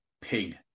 ping